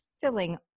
filling